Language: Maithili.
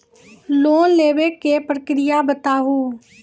लोन लेवे के प्रक्रिया बताहू?